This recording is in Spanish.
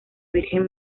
virgen